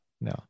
No